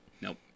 Nope